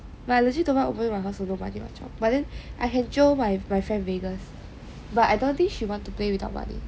but legit don't mind opening my house for no money mahjong but then I jio my friend vegas but I don't think she want to play without money